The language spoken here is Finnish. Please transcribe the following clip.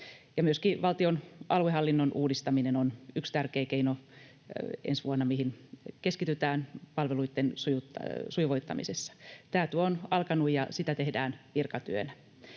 Myöskin valtion aluehallinnon uudistaminen on yksi tärkeä keino ensi vuonna, mihin keskitytään palveluitten sujuvoittamisessa. Tämä työ on alkanut, ja sitä tehdään virkatyönä.